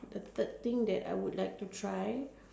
the the thing I would like to try